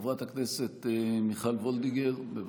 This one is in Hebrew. חברת הכנסת מיכל וולדיגר, בבקשה.